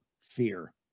Fear